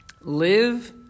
live